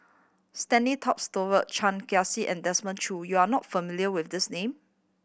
Stanley Toft Stewart Chan and Desmond Choo you are not familiar with these name